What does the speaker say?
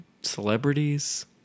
celebrities